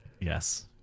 Yes